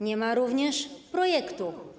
Nie ma również projektu.